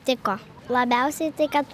tiko labiausiai tai kad